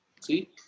See